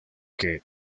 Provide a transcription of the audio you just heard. que